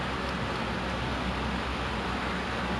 don't know ah okay lah ever since intern dah habis